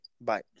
bye